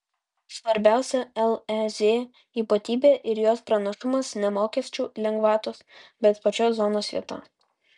svarbiausia lez ypatybė ir jos pranašumas ne mokesčių lengvatos bet pačios zonos vieta